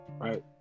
Right